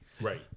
right